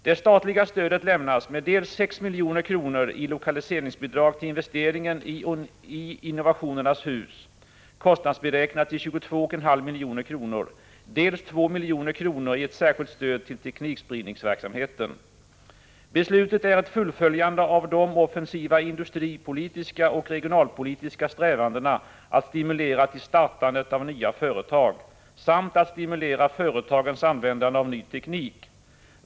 Det statliga stödet lämnas med dels 6 milj.kr. i lokaliseringsbidrag till investeringen i Innovationernas Hus, kostnadsberäknad till 22,5 miljoner, dels 2 milj.kr. i ett särskilt stöd till teknikspridningsverksamheten. Beslutet är ett fullföljande av de offensiva industripolitiska och regionalpolitiska strävandena att stimulera till startandet av nya företag samt att stimulera företagens användande av ny teknik.